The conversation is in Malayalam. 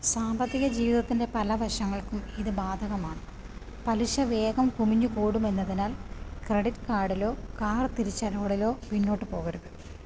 സാമ്പത്തിക ജീവിതത്തിൻ്റെ പല വശങ്ങൾക്കും ഇത് ബാധകമാണ് പലിശ വേഗം കുമിഞ്ഞുകൂടുമെന്നതിനാൽ ക്രെഡിറ്റ് കാർഡിലോ കാർ തിരിച്ചടവുകളിലോ പിന്നോട്ടുപോകരുത്